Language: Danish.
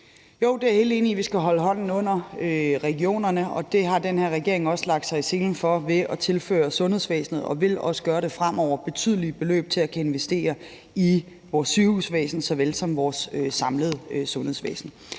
Jo, jeg er helt enig i, at vi skal holde hånden under regionerne, og det har den her regering også lagt sig i selen for ved at tilføre sundhedsvæsenet betydelige beløb, og det vil den også gøre fremover, altså investere i vores sygehusvæsen såvel som i vores samlede sundhedsvæsen.